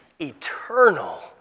eternal